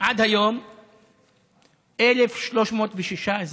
עד היום 1,306 אזרחים,